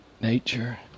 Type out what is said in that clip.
nature